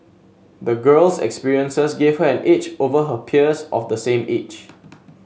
the girl's experiences gave her an edge over her peers of the same age